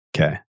okay